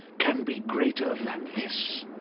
can be greater than this?